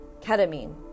ketamine